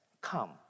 come